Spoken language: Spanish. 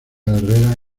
herrera